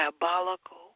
diabolical